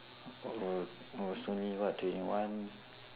uh I was only what twenty one